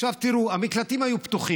עכשיו תראו, המקלטים היו פתוחים,